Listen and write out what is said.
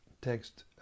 Text